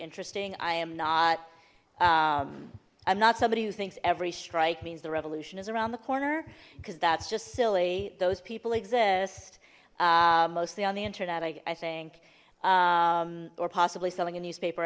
interesting i am not i'm not somebody who thinks every strike means the revolution is around the corner because that's just silly those people exist mostly on the internet i think or possibly selling a newspaper